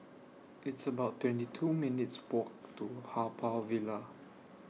It's about twenty two minutes' Walk to Haw Par Villa